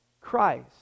Christ